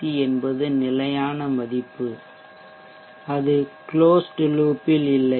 C என்பது நிலையான மதிப்பு அது க்லோஸ்டு லூப்பில் இல்லை